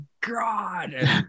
God